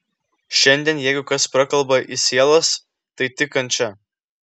šiandien jeigu kas prakalba į sielas tai tik kančia